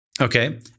okay